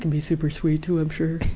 be super sweet, too, i'm sure.